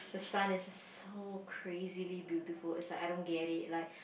sun is just so crazily beautiful it's like I don't get it like